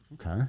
Okay